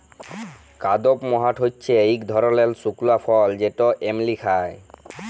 কাদপমহাট হচ্যে ইক ধরলের শুকলা ফল যেটা এমলি খায়